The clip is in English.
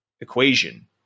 equation